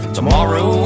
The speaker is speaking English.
Tomorrow